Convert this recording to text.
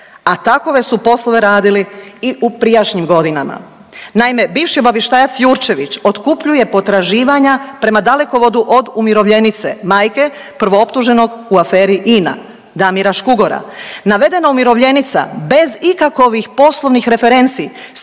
a takove su poslove radili i u prijašnjim godinama. Naime, bivši obavještajac Jurčević otkupljuje potraživanja prema Dalekovodu od umirovljenice, majke prvooptuženog u aferi INA, Damira Škugora. Navedena umirovljenica bez ikakovih poslovnih referenci